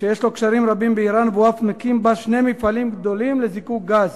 שיש לו קשרים רבים באירן והוא אף מקים בה שני מפעלים גדולים לזיקוק גז.